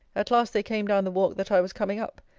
at last they came down the walk that i was coming up,